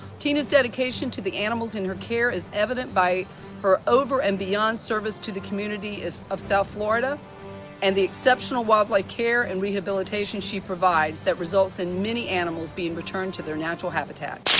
tina's dedication to the animals in her care is evident by her over and beyond service to the community of south florida and the exceptional wildlife care and rehabilitation she provides that results in many animals being returned to their natural habitat.